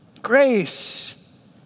Grace